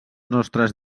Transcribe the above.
nostres